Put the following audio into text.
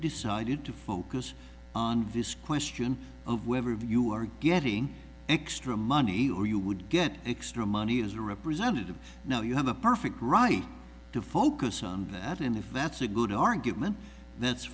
decided to focus on this question of whether of you are getting extra money or you would get extra money as a representative now you have a perfect right to focus on that and if that's a good argument that's